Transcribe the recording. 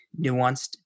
nuanced